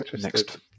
next